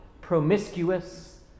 promiscuous